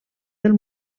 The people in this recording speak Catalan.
del